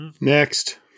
next